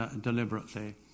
deliberately